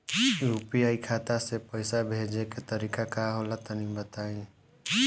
UPI खाता से पइसा भेजे के तरीका का होला तनि बताईं?